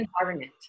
environment